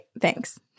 Thanks